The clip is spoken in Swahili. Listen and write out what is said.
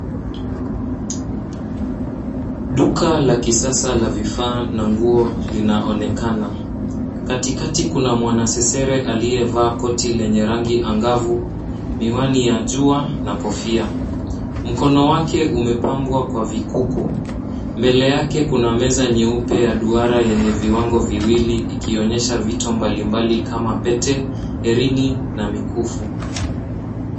Duka la kisasa la vifaa na nguo linaonekana. Katikati kuna mwanasesere aliyevaa koti lenye rangi angavu, miwani ya jua, na kofia. Mkono wake umepambwa kwa vikuku. Mbele yake kuna meza nyeupe ya duara yenye viwango viwili, ikionyesha vito mbalimbali kama pete, herini, na mikufu.